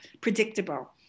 predictable